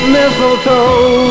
mistletoe